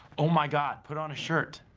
oh my god put on a shirt!